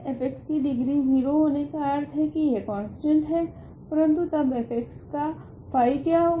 F की degree 0 होने का अर्थ है की यह कोंस्टंट है परंतु तब f का फाई क्या होगा